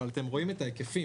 אבל אתם רואים את ההיקפים.